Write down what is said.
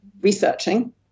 researching